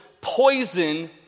poison